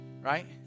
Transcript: Right